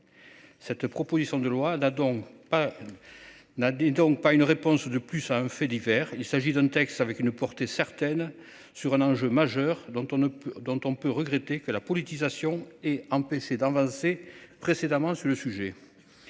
Cette proposition de loi là donc pas. N'a dit donc pas une réponse de plus à un fait divers. Il s'agit d'un texte avec une portée certaines sur un enjeu majeur dont on ne peut dont on peut regretter que la politisation et empêcher d'avancer précédemment sur le sujet.